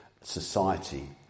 society